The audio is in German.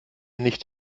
nicht